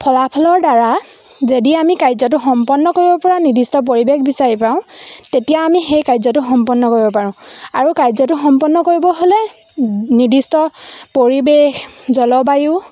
ফলাফলৰ দ্বাৰা যদি আমি কাৰ্যটো সম্পন্ন কৰিব পৰা নিৰ্দিষ্ট পৰিৱেশ বিচাৰি পাওঁ তেতিয়া আমি সেই কাৰ্যটো সম্পন্ন কৰিব পাৰোঁ আৰু কাৰ্যটো সম্পন্ন কৰিব হ'লে নিৰ্দিষ্ট পৰিৱেশ জলবায়ু